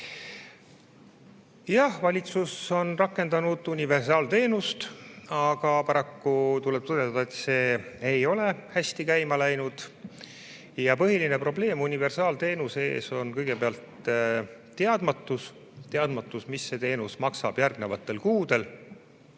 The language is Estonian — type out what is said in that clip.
Jah, valitsus on rakendanud universaalteenust, aga paraku tuleb tõdeda, et see ei ole hästi käima läinud. Põhiline probleem universaalteenuse puhul on kõigepealt teadmatus – teadmatus, mida see teenus maksab järgnevatel kuudel.